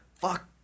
fuck